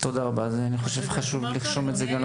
שוב,